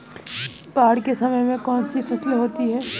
बाढ़ के समय में कौन सी फसल होती है?